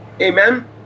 Amen